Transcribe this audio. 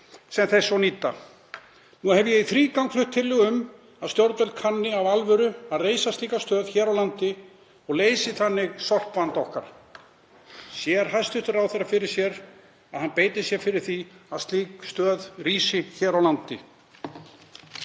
sem þær svo nýta. Ég hef í þrígang flutt tillögu um að stjórnvöld kanni af alvöru að reisa slíka stöð hér á landi og leysa þannig sorpvanda okkar. Sér hæstv. ráðherra fyrir sér að hann beiti sér fyrir því að slík stöð rísi hér á landi?